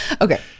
Okay